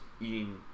eating